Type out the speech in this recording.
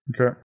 Okay